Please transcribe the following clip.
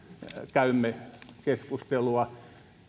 käymme keskustelua